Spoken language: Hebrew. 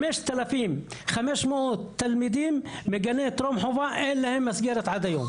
ל- 5,500 תלמידים בגני טרום-חובה אין מסגרת עד היום.